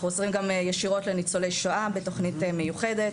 אנחנו עוזרים גם ישירות לניצולי שואה בתוכנית מיוחדת